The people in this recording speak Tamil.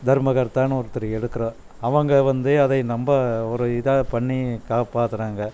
தர்மகர்த்தானு ஒருத்தர் எடுக்கிறோம் அவங்க வந்து அதை நம்ம ஒரு இதாக பண்ணி காப்பாத்துறாங்க